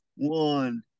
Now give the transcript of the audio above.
One